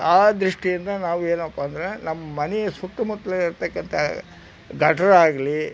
ಆ ದೃಷ್ಟಿಯಿಂದ ನಾವು ಏನಪ್ಪ ಅಂದರೆ ನಮ್ಮ ಮನೆ ಸುತ್ತಮುತ್ಲು ಇರ್ತಕ್ಕಂಥ ಗಟ್ರಾಗಲಿ